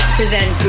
present